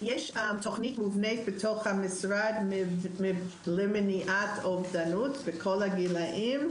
יש תוכנית מובנית בתוך המשרד למניעת אובדנות בכל הגילאים.